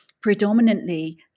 predominantly